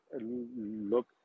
look